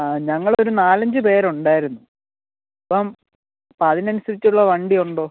ആ ഞങ്ങളൊരു നാലഞ്ച് പേരുണ്ടായിരുന്നു അപ്പം അപ്പം അതിനനുസരിച്ചുള്ള വണ്ടി ഉണ്ടോ